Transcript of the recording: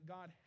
God